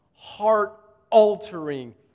heart-altering